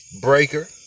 Breaker